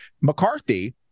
McCarthy